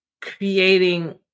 creating